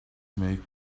make